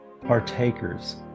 partakers